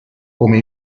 come